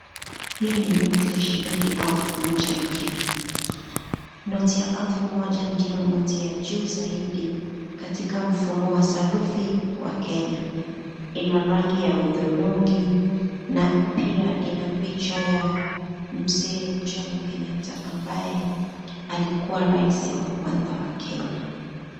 Hii ni noti ya shilingi elfu moja ya Kenya. Noti ya elfu moja ndio noti ya juu zaidi katika mfumo wa sarufi wa Kenya. Ina rangi ya hudhurungi na pia ina picha ya mzee Jomo Kenyatta ambaye alikuwa rais wa kwanza wa Kenya.